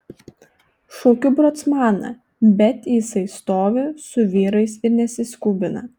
šaukiu bocmaną bet jisai stovi su vyrais ir nesiskubina